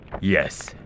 Yes